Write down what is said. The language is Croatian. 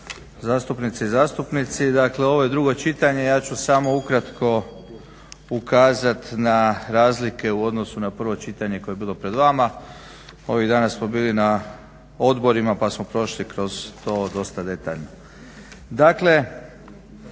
zastupnice i zastupnici, dakle ovo je drugo čitanje. Ja ću samo ukratko ukazat na razlike u odnosu na prvo čitanje koje je bilo pred vama. Ovih dana smo bili na odborima pa smo prošli kroz to dosta detaljno. Dakle,